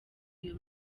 iyo